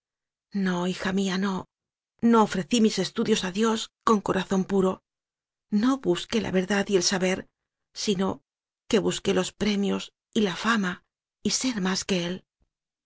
no hija mía no no ofrecí mis estudios a dios con corazón puro no busqué la verdad y el saber sino que busqué los premios y la fama y ser más que él